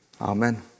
Amen